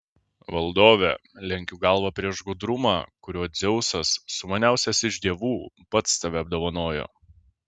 valdove lenkiu galvą prieš gudrumą kuriuo dzeusas sumaniausias iš dievų pats tave apdovanojo